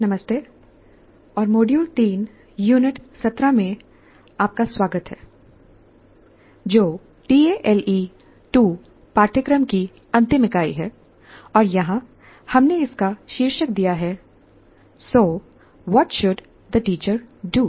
नमस्ते और module 3 unit 17 में आपका स्वागत है जो टीएएलई 2 पाठ्यक्रम की अंतिम इकाई है और यहां हमने इसका शीर्षक दिया है so what should the teacher do